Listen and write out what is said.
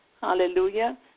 Hallelujah